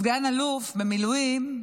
סגן אלוף במילואים,